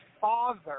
father